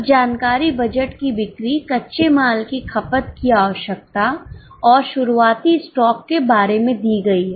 कुछ जानकारी बजट की बिक्री कच्चे माल की खपत की आवश्यकता और शुरुआती स्टॉक के बारे में दी गई है